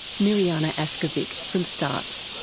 mirjana askovic from startts.